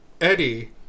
Eddie